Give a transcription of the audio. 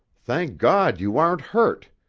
thank god you aren't hurt!